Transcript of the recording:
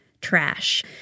trash